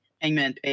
hangman